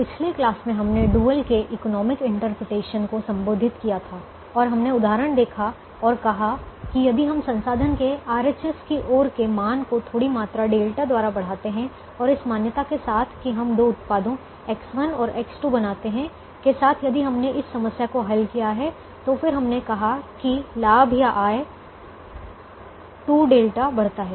पिछली क्लास में हमने डुअल के इकोनॉमिक इंटरप्रिटेशन को संबोधित किया था और हमने उदाहरण देखा और कहा कि यदि हम संसाधन के RHS की ओर के मान को थोड़ी मात्रा डेल्टा द्वारा बढ़ाते हैं और इस मान्यता के साथ कि हम 2 उत्पादों X1 और X2 के साथ बनाते हैं यदि हमने इस समस्या को हल किया है तो फिर हमने कहा कि लाभ या आय 2δ बढ़ता है